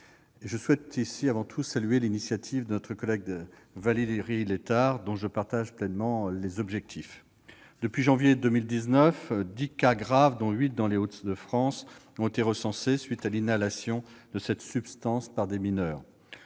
du protoxyde d'azote. Je salue l'initiative de notre collègue Valérie Létard, dont je partage pleinement les objectifs. Depuis janvier 2019, dix cas graves, dont huit dans les Hauts-de-France, ont été recensés, suite à l'inhalation de cette substance par des mineurs.